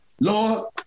Lord